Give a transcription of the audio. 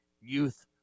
youth